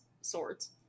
swords